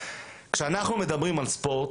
כשאנחנו מדברים על ספורט,